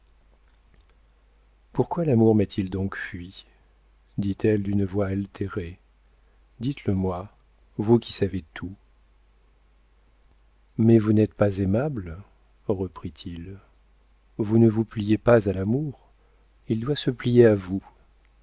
pourquoi l'amour m'a-t-il donc fuie dit-elle d'une voix altérée dites-le-moi vous qui savez tout mais vous n'êtes pas aimable reprit-il vous ne vous pliez pas à l'amour il doit se plier à vous